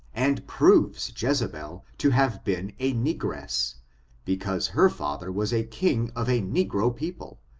and proves jezebel to have been a negress because her father was a king of a negro people,